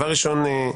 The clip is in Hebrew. ראשית,